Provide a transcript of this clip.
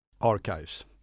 archives